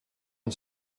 and